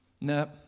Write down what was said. Nope